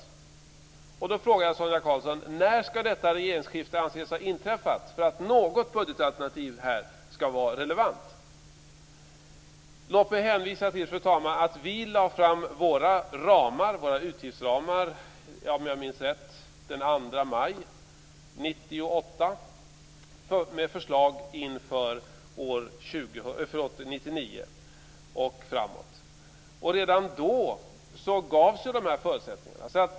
Då vill jag fråga Sonia Karlsson när detta regeringsskifte skall anses ha inträffat för att något budgetalternativ skall vara relevant. Låt mig hänvisa, fru talman, till att vi lade fram våra utgiftsramar den 2 maj 1998, om jag minns rätt, med förslag inför år 1999. Redan då gavs dessa förutsättningar.